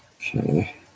Okay